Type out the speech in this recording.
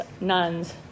nuns